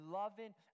loving